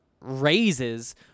raises